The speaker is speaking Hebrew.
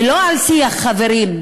ולא על שיח חברים,